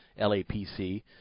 LAPC